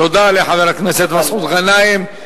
תודה לחבר הכנסת מסעוד גנאים.